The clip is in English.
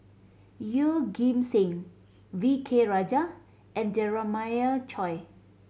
Yeoh Ghim Seng V K Rajah and Jeremiah Choy